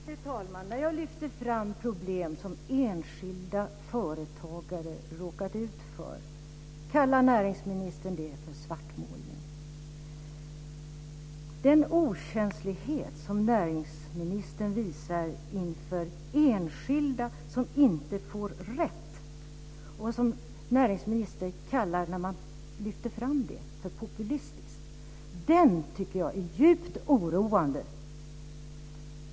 Fru talman! När jag lyfter fram problem som enskilda företagare råkat ut för kallar näringsministern det för svartmålning. Den okänslighet som näringsministern visar inför enskilda som inte får rätt - när man lyfter fram det kallar näringsministern det för populism - tycker jag är djupt oroande.